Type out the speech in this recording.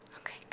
Okay